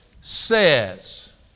says